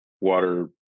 water